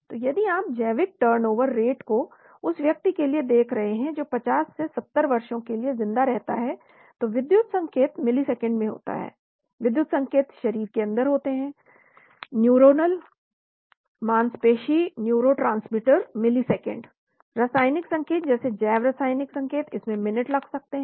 तो यदि आप जैविक टर्नओवर दर को उस व्यक्ति के लिए देख रहे हैं जो 50 से 70 वर्षों के लिए जिंदा रहता है तो विद्युत संकेत मिलीसेकंड में होता है विद्युत संकेत शरीर के अंदर होते हैं न्यूरोनल मांसपेशीय न्यूरोट्रांसमीटर मिलीसेकंड रासायनिक संकेत जैसे जैव रासायनिक संकेत इसमें मिनट लगते हैं